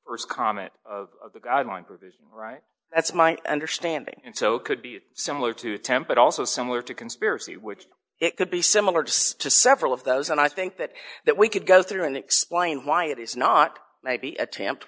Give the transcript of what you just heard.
the st comment of the guidelines right that's my understanding and so it could be similar to attempted also similar to conspiracy which it could be similar to several of those and i think that that we could go through and explain why it is not maybe attempt